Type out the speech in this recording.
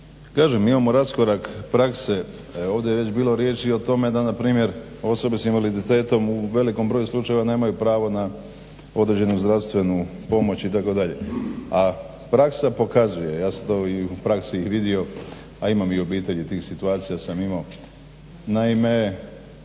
kažem imamo raskorak prakse, ovdje je već bilo riječi i o tome da npr. osobe s invaliditetom u velikom broju slučajeva nemaju pravo na određenu zdravstvenu pomoć itd. A praksa pokazuje, ja sam to i u praksi i vidio a imam u obitelji tih situacija sam imao, naime